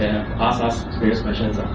us us various questions.